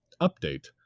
Update